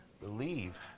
believe